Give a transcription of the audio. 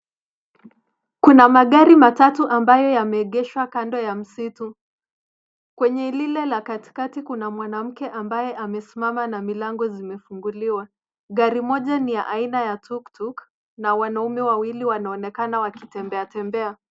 Kuna magari matatu ambayo yameegeshwa kando ya msitu. Kwenye lila la katikati kuna mwanamke ambaye amesimama na milango zimefunguliwa. Gari mmoja ni ya aina ya tuktuk na wanaume wawili wanaonekana wakitembea tembea.